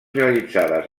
realitzades